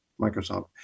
Microsoft